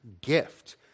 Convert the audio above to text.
gift